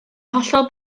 hollol